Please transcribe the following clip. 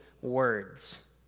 words